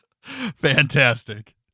Fantastic